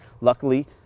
luckily